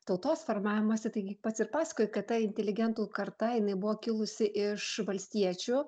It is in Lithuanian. tautos formavimąsi taigi pats ir pasakojot kad ta inteligentų kartai jinai buvo kilusi iš valstiečių